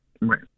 Right